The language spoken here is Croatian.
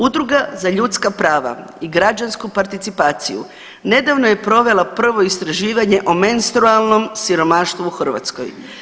Udruga za ljudska prava i građansku participaciju nedavno je provela prvo istraživanje o menstrualnom siromaštvu u Hrvatskoj.